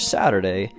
saturday